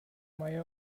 meier